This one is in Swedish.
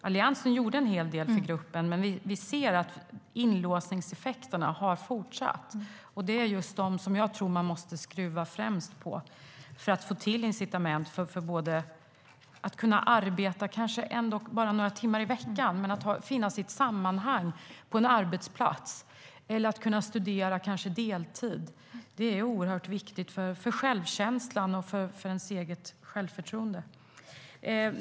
Alliansen gjorde en hel del för gruppen, men vi ser att inlåsningseffekterna har fortsatt, och det är just dem man främst måste skruva på för att få till incitament för att ändå kunna arbeta kanske bara några timmar i veckan eller att kunna studera kanske deltid. Att finnas i ett sammanhang på en arbetsplats är oerhört viktigt för självkänslan och självförtroendet.